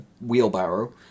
wheelbarrow